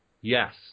Yes